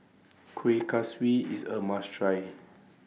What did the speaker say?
Kuih Kaswi IS A must Try